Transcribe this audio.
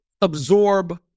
absorb